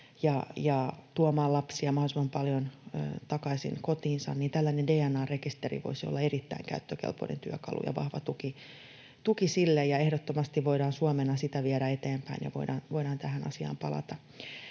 ja tuomaan lapsia mahdollisimman paljon takaisin kotiinsa, ja tällainen dna-rekisteri voisi olla erittäin käyttökelpoinen työkalu, ja vahva tuki sille. Ehdottomasti voidaan Suomena sitä viedä eteenpäin ja voidaan tähän asiaan palata.